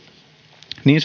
niin